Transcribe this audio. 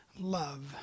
love